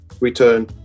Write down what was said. return